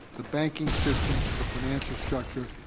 the banking system, the financial structure,